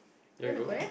you want to go